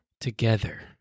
Together